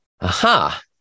aha